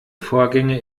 vorgänge